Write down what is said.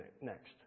next